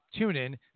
TuneIn